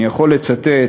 אני יכול לצטט,